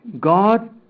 God